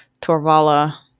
torvala